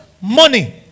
money